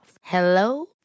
Hello